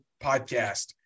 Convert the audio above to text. podcast